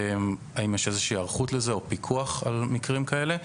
האם יש איזושהי היערכות לזה או פיקוח על מקרים כאלה?